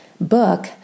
book